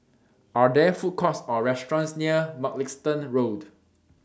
Are There Food Courts Or restaurants near Mugliston Road